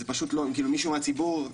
מישהו מהציבור,